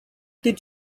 did